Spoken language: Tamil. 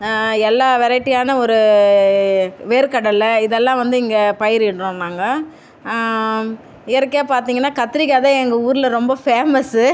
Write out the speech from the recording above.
எல்லா வெரைட்டியான ஒரு வேர்க்கடலை இதெல்லாம் வந்து இங்கே பயிரிடுறோம் நாங்கள் இயற்கையாக பார்த்திங்கன்னா கத்திரிக்காய் தான் எங்கள் ஊரில் ரொம்ப ஃபேமஸு